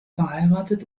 verheiratet